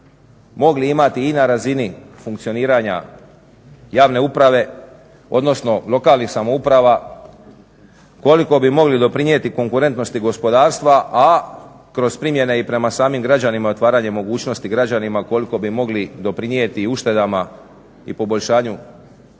mogli imati i na razini funkcioniranja javne uprave, odnosno lokalnih samouprava, koliko bi mogli doprinijeti konkurentnosti gospodarstva, a kroz primjene i prema samim građanima otvaranjem mogućnosti građanima koliko bi mogli doprinijeti uštedama i poboljšanju, dugoročnom